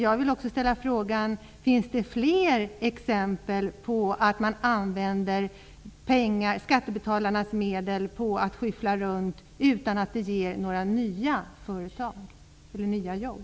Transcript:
Jag vill ställa frågan: Finns det fler exempel på att man använder skattebetalarnas medel till att skyffla runt människor utan att det ger några nya företag eller nya jobb?